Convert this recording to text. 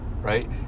right